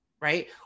right